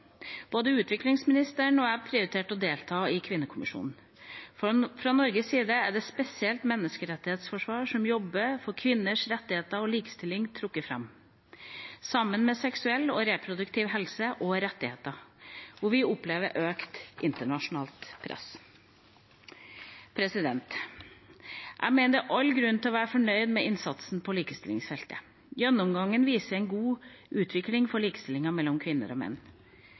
Både utviklingsministeren og jeg prioriterte å delta på kvinnekommisjonen. Fra Norges side ble spesielt menneskerettighetsforsvarere som jobber for kvinners rettigheter og likestilling, trukket fram, sammen med seksuell og reproduktiv helse og rettigheter, hvor vi opplever økt internasjonalt press. Jeg mener at det er all grunn til å være fornøyd med innsatsen på likestillingsfeltet. Gjennomgangen viser en god utvikling for likestillingen mellom kvinner og menn.